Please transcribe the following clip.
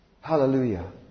Hallelujah